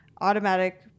Automatic